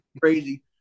crazy